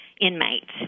inmates